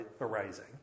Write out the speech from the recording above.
arising